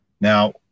now